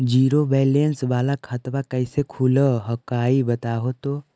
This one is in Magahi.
जीरो बैलेंस वाला खतवा कैसे खुलो हकाई बताहो तो?